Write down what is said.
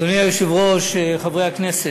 אדוני היושב-ראש, חברי הכנסת,